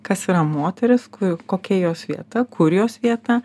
kas yra moteris ku kokia jos vieta kur jos vieta